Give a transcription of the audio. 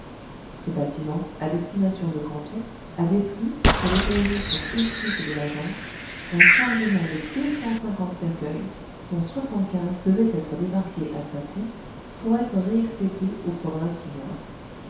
ce bâtiment à destination de canton avait pris sur l'autorisation écrite de l'agence un chargement de deux cent cinquante cercueils dont soixante-quinze devaient être débarqués à takou pour être réexpédiés aux provinces du nord